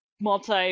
multi